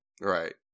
right